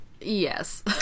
yes